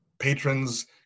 Patrons